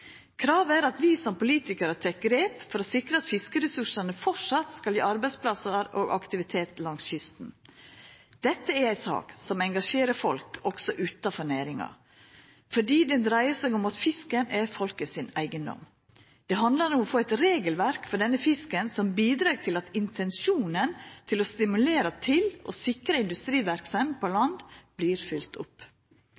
Kravet er at vi som politikarar tek grep for å sikra at fiskeressursane framleis skal gje arbeidsplassar og aktivitet langs kysten. Dette er ei sak som engasjerer folk også utanfor næringa, fordi ho dreier seg om at fisken er folkets eigedom. Det handlar om å få eit regelverk for denne fisken som bidreg til at intensjonen om å stimulera til og sikra industriverksemd på